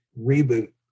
reboot